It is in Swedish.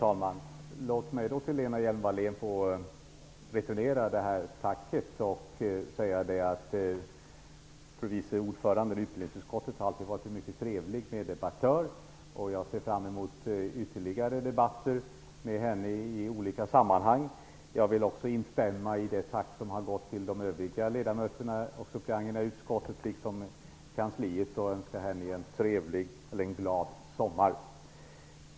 Herr talman! Låt mig få returnera tacket till Lena Hjelm-Wallén och säga att fru vice ordföranden i utbildningsutskottet alltid har varit en mycket trevlig meddebattör. Jag ser fram emot ytterligare debatter med Lena Hjelm-Wallén i olika sammanhang. Jag vill också instämma i tacket till övriga ledamöter och suppleanter i utskottet liksom till kansliet och önska alla en trevlig och glad sommar.